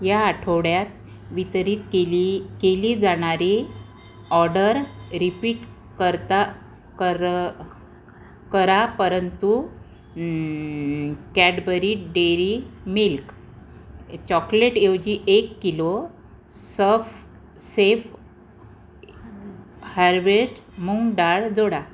या आठवड्यात वितरित केली केली जाणारी ऑडर रिपीट करता कर करा परंतु कॅडबरी डेअरी मिल्क चॉकलेटऐवजी एक किलो सफ सेफ हार्वेस्ट मूग डाळ जोडा